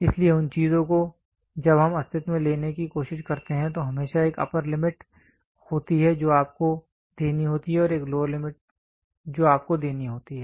इसलिए उन चीजों को जब हम अस्तित्व में लेने की कोशिश करते हैं तो हमेशा एक अप्पर लिमिट होती है जो आपको देनी होती है और एक लोअर लिमिट जो आपको देनी होती है